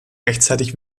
rechtzeitig